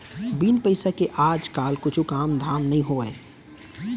बिन पइसा के आज काल कुछु कामे धाम नइ होवय